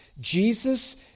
Jesus